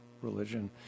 Religion